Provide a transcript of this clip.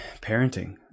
parenting